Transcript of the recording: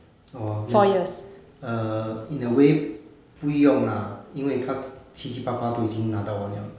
orh then 这样 err in a way 不用啦因为他 q~ 七七八八都已经拿到完了